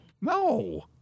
no